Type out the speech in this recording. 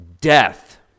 death